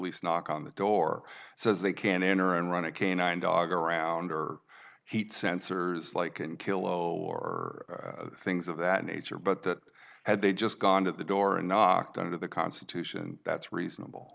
least knock on the guy your says they can enter and run a canine dog around or heat sensors like an kilo or things of that nature but that had they just gone to the door and knocked under the constitution that's reasonable